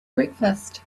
breakfast